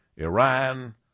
Iran